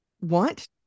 want